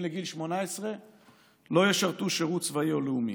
לגיל 18 לא ישרתו שירות צבאי או לאומי.